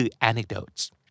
anecdotes